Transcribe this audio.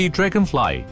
Dragonfly